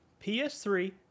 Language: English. PS3